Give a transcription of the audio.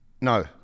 No